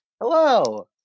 Hello